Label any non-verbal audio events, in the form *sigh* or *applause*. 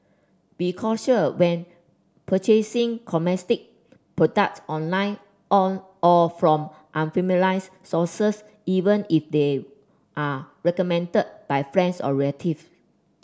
be cautious when purchasing cosmetic products online on or from *unintelligible* sources even if they are recommended by friends or relative